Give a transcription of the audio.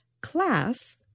class